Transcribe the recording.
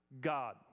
God